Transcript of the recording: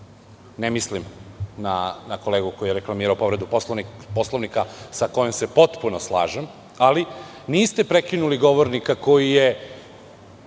ne misleći na kolegu koji je reklamirao povredu Poslovnika sa kojim se potpuno slažem. Ali, niste prekinuli govornika koji je,